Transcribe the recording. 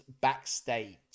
backstage